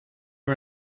are